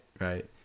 right